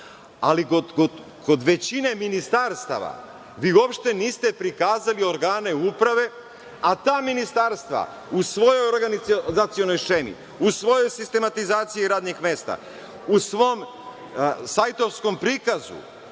Ali, kod većine ministarstava vi uopšte niste prikazali organe uprave, a ta ministarstva u svojoj organizacionoj šemi, u svojoj sistematizaciji radnih mesta, u svom sajtovskom prikazu